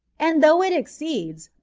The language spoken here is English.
and though it ex ceeds,